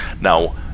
now